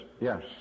yes